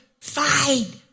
fight